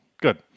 Good